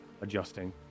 adjusting